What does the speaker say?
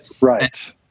Right